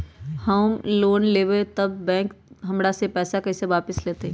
हम लोन लेलेबाई तब बैंक हमरा से पैसा कइसे वापिस लेतई?